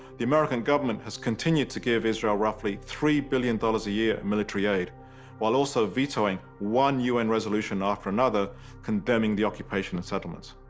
the american government has continued to give israel roughly three billion dollars a year in military aid while also vetoing one un resolution after another condemning the occupation and settlements.